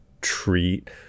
treat